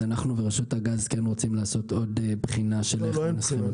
אז אנחנו ורשות הגז כן רוצים לעשות עוד בחינה של איך מנסחים את זה.